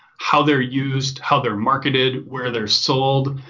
how they're used, how they're marketed, where they're sold.